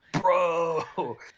Bro